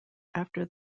after